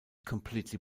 completely